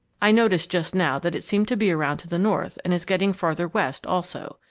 i noticed just now that it seemed to be around to the north and is getting farther west also.